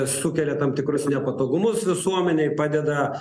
sukelia tam tikrus nepatogumus visuomenei padeda